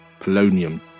polonium